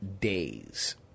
days